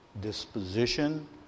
disposition